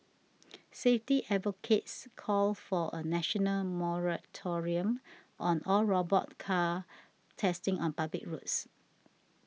safety advocates called for a national moratorium on all robot car testing on public roads